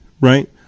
right